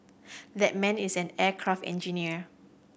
that man is an aircraft engineer